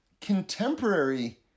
contemporary